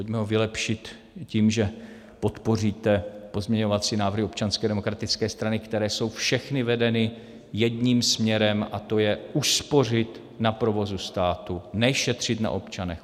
Pojďme ho vylepšit tím, že podpoříte pozměňovací návrhy Občanské demokratické strany, které jsou všechny vedeny jedním směrem, a to je uspořit na provozu státu, ne šetřit na občanech.